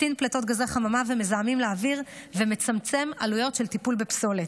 מקטין פליטות גזי חממה ומזהמים לאוויר ומצמצם עלויות של טיפול בפסולת.